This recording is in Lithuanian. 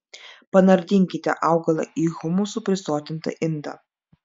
panardinkite augalą į humusu prisotintą indą